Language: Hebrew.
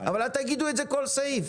אבל אל תגידו את זה בכל סעיף.